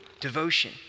devotion